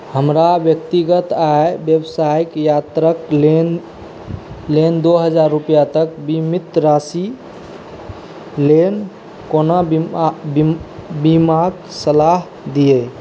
हमरा व्यक्तिगत आओर बेवसाइक यात्राके लेन लेन दुइ हजार रुपैआ तक बीमित राशि लेन कोनो बीम बीमाके सलाह दिए